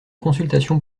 consultation